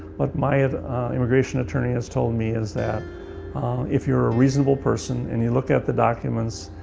what my immigration attorney has told me is that if you're a reasonable person and you look at the documents,